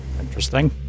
Interesting